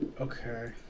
Okay